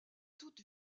toute